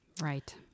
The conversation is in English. Right